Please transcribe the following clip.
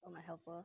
my helper